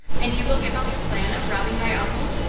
and you will give up your plan of robbing my uncle?